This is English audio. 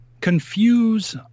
confuse